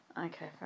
Okay